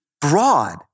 broad